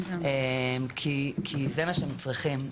כי זה מה שהם צריכים,